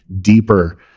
deeper